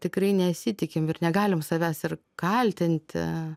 tikrai nesitikim ir negalim savęs ir kaltinti